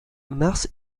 mars